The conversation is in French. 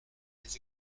les